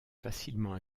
facilement